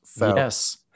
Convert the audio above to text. Yes